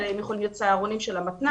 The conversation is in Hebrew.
אלא הם יכולים להיות צהרונים של המתנ"ס,